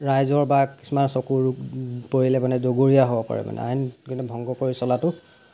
ৰাইজৰ বা কিছুমান চকুত পৰিলে মানে জগৰীয়া হ'ব পাৰে মানে আইন মানে ভংগ কৰি চলাতো